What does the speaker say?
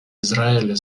израиля